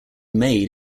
made